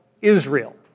Israel